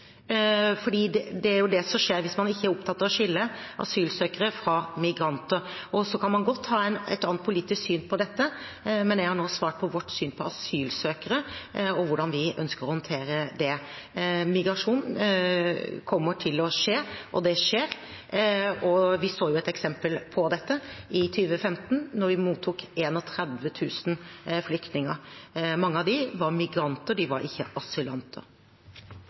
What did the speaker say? Det er det som skjer hvis man ikke er opptatt av å skille asylsøkere fra migranter. Så kan man godt ha et annet politisk syn på dette, men jeg har nå svart for vårt syn på asylsøkere og hvordan vi ønsker å håndtere det. Migrasjon kommer til å skje, og det skjer, og vi så et eksempel på det i 2015 da vi mottok 31 000 flyktninger. Mange av dem var migranter. De var ikke asylanter.